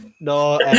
No